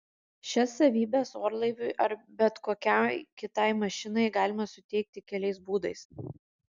šias savybes orlaiviui ar bet kokiai kitai mašinai galima suteikti keliais būdais